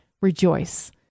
rejoice